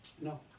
No